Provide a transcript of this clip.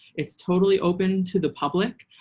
it's totally open to the public.